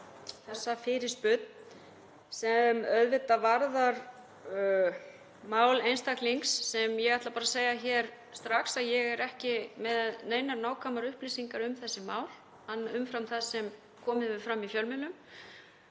þessa fyrirspurn sem varðar mál einstaklings sem ég ætla bara að segja hér strax að ég er ekki með neinar nákvæmar upplýsingar um umfram það sem komið hefur fram í fjölmiðlum.